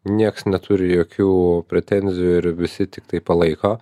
nieks neturi jokių pretenzijų ir visi tiktai palaiko